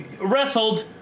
Wrestled